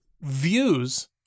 views